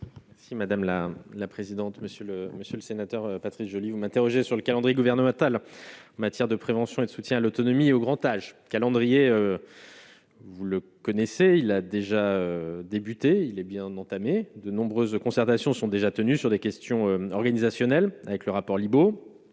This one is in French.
Si Madame la la présidente monsieur le monsieur le sénateur Patrice Joly, vous m'interrogez sur le calendrier gouvernemental en matière de prévention et de soutien à l'autonomie au grand âge, calendrier, vous le connaissez, il a déjà débuté, il est bien entamée, de nombreuses concertations sont déjà tenus sur des questions organisationnelles avec le rapport sur